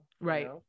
right